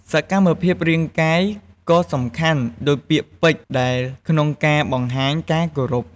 សកម្មភាពរាងកាយក៏សំខាន់ដូចពាក្យពេចន៍ដែរក្នុងការបង្ហាញការគោរព។